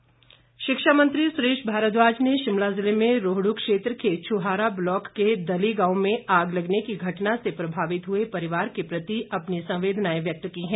आग शिक्षा मंत्री सुरेश भारद्वाज ने शिमला ज़िले में रोहड् क्षेत्र के छहारा ब्लॉक के दली गांव में आग लगने की घटना से प्रभावित हुए परिवार के प्रति अपनी संवेदनाएं व्यक्त की हैं